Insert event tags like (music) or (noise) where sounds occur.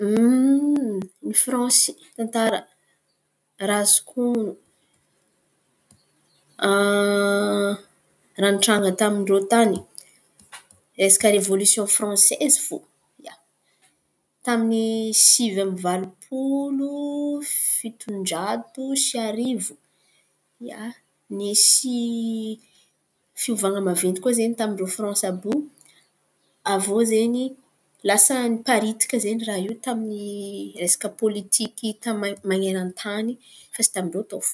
(hesitation) Ny Franse tantara raha azoko honon̈o (hesitation) raha nitranga tamin-drô tan̈y resaka revôlisiôn fransaizy fo ia tamin’ny sivy amby valom-polo fiton-jato sy arivo. Ia nisy fiovan̈a naventy koa zen̈y tamin-drô franse àby io. Avô zen̈y lasa niparitaka raha iô tamin’ny resaka pôlitiky tamin’ny lan̈eran-tany tao fo.